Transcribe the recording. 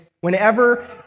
Whenever